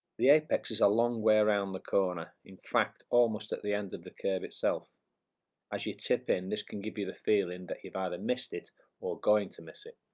the apex is a long way around the corner in fact almost at the end of the kerb itself as you tip in this can give you the feeling that you've either missed it or going to miss it.